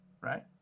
Right